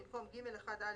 במקום "(ג1א),